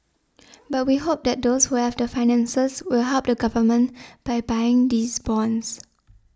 but we hope that those who have the finances will help the Government by buying these bonds